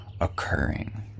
occurring